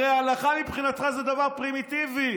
הרי ההלכה מבחינתך זה דבר פרימיטיבי.